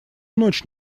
ночь